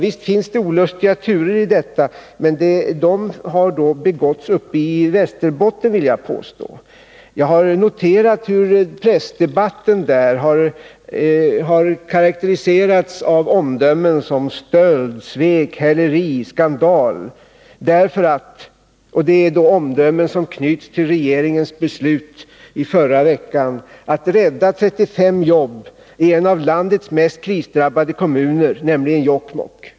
Visst finns det olustiga turer i den här frågan, men jag vill påstå att de hör hemma uppe i Västerbotten. Jag har noterat hur pressdebatten där har karakteriserats av omdömen som stöld, svek, häleri, skandal osv., och de omdömena knyts till regeringens beslut förra veckan att rädda 35 jobb i en av 129 landets mest krisdrabbade kommuner, nämligen Jokkmokk.